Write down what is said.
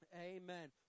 Amen